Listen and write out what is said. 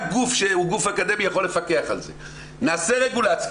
נעשה רגולציה,